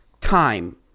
time